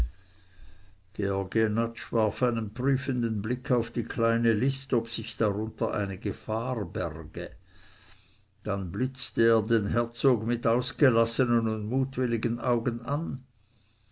einen prüfenden blick auf die kleine list ob sich darunter eine gefahr berge dann blitzte er den herzog mit ausgelassenen und mutwilligen augen an